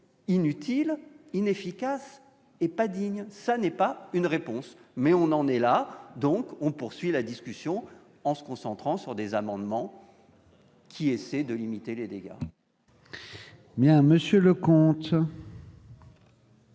inutiles, inefficaces et indignes. Ce n'est pas une réponse, mais nous en sommes là ! Donc, nous poursuivons la discussion en nous concentrant sur des amendements qui essaient de limiter les dégâts